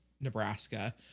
Nebraska